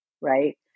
Right